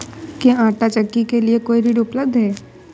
क्या आंटा चक्की के लिए कोई ऋण उपलब्ध है?